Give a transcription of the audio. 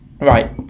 Right